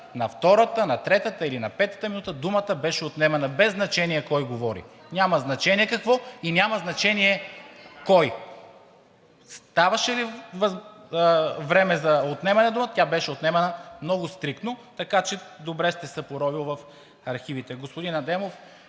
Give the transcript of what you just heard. на втората, на третата или на петата минута ѝ беше отнемана думата без значение кой говори, няма значение какво и няма значение кой. Ставаше ли време за отнемане на думата, тя беше отнемана много стриктно, така че добре сте се поровили в архивите.